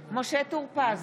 בעד משה טור פז,